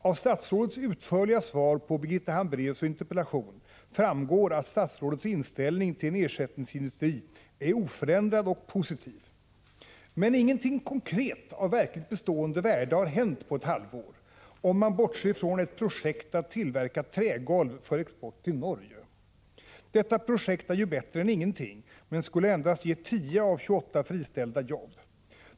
Av statsrådets utförliga svar på Birgitta Hambraeus interpellation framgår att statsrådets inställning till en ersättningsindustri är oförändrad och positiv. Men inget konkret av verkligt bestående värde har hänt på ett halvår, om man bortser från ett projekt att tillverka trägolv för export till Norge. Detta projekt är ju bättre än ingenting men skulle endast ge 10 av 28 friställda jobb.